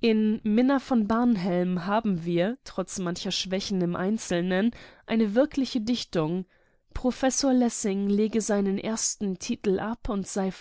in minna von barnhelm haben wir trotz mancher schwächen im einzelnen eine wirkliche dichtung professor lessing lege seinen ersten titel ab und sei